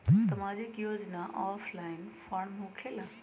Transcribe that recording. समाजिक योजना offline form होकेला?